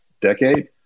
decade